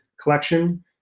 collection